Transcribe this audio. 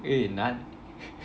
eh 哪里